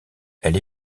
elle